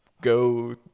go